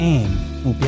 Aim